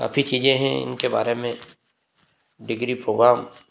काफ़ी चीज़ें हैं इनके बारे में डिग्री फोगाम